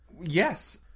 Yes